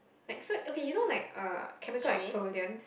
like so okay you know uh chemical exfoliant